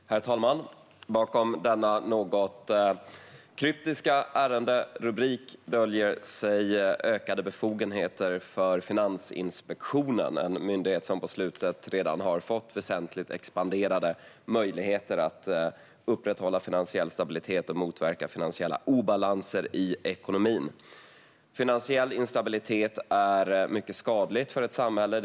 Upplösning av Sparbankernas säkerhetskassa och vissa andra frågor Herr talman! Bakom denna något kryptiska ärenderubrik döljer sig ökade befogenheter för Finansinspektionen, en myndighet som på slutet redan har fått väsentligt expanderade möjligheter att upprätthålla finansiell stabilitet och motverka finansiella obalanser i ekonomin. Finansiell instabilitet är mycket skadligt för ett samhälle.